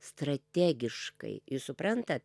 strategiškai ir suprantat